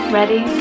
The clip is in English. Ready